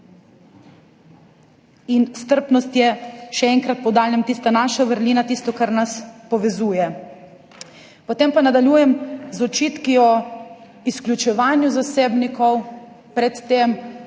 In strpnost je, še enkrat poudarjam, tista naša vrlina, tisto, kar nas povezuje. Potem pa nadaljujem z očitki o izključevanju zasebnikov, pred tem